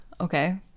Okay